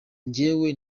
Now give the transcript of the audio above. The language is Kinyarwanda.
njyewe